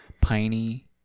piney